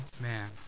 man